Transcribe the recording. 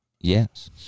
Yes